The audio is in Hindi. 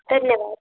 धन्यवाद